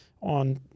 on